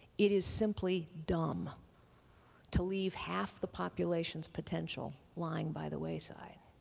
it is simply dumb to leave half the population's potential lying by the wayside.